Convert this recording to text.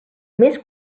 més